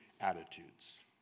attitudes